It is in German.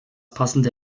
passende